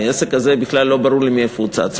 העסק הזה, בכלל לא ברור לי מאיפה הוא צץ.